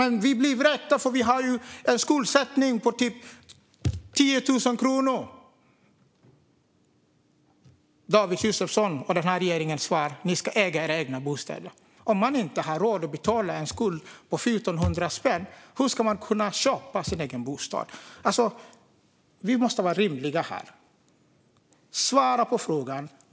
De säger att de blir vräkta därför att de har en skuld på 10 000 kronor. David Josefssons och regeringens svar är att de ska äga sina egna bostäder. Om man inte har råd att betala en skuld på 1 400 spänn, hur ska man då kunna köpa sin egen bostad? Vi måste vara rimliga här. Svara på frågan!